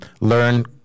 learn